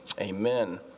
Amen